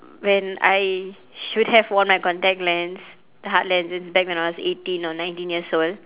when I should have worn my contact lens the hard lens since back when I was eighteen or nineteen years old